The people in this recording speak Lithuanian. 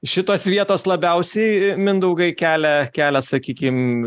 šitos vietos labiausiai mindaugai kelia kelia sakykim